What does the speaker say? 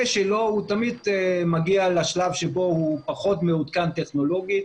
שלהם הם תמיד מגיעים לשלב בו הם פחות מעודכנים טכנולוגית